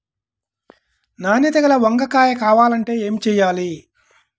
నాణ్యత గల వంగ కాయ కావాలంటే ఏమి చెయ్యాలి?